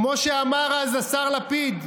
כמו שאמר אז השר לפיד: